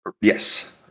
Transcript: Yes